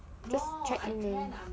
just check in only